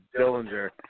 dillinger